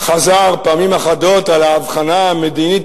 חזר פעמים אחדות על האבחנה המדינית,